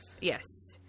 Yes